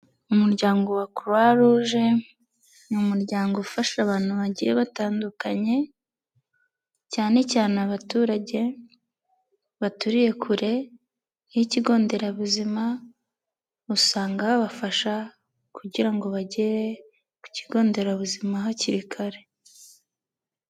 Umuryango wa Croix Rouge ni umuryango ufasha abantu bagiye batandukanye cyane cyane abaturage baturiye kure y'ikigo nderabuzima usanga babafasha kugira ngo bagere ku kigo nderabuzima hakiri kare.